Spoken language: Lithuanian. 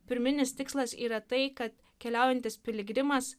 pirminis tikslas yra tai kad keliaujantis piligrimas